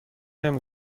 نمی